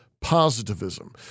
positivism